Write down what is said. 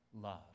love